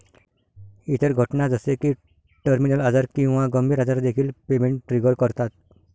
इतर घटना जसे की टर्मिनल आजार किंवा गंभीर आजार देखील पेमेंट ट्रिगर करतात